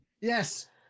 Yes